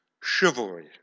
Chivalry